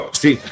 see